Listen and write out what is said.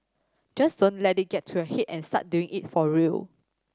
just don't let it get to your head and start doing it for real